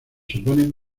suponen